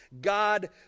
God